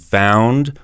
found